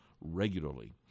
regularly